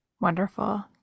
Wonderful